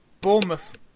Bournemouth